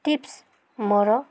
tips ମୋର